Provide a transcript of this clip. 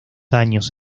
años